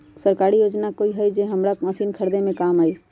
सरकारी योजना हई का कोइ जे से हमरा मशीन खरीदे में काम आई?